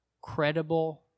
Credible